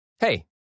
Hey